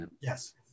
Yes